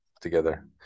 together